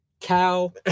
Cow